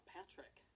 Patrick